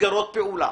מסגרות פעולה.